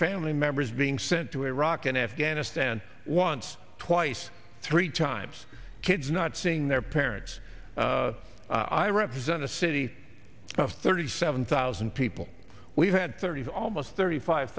family members being sent to iraq and afghan i stand once twice three times kids not seeing their parents i represent a city of thirty seven thousand people we've had thirty almost thirty five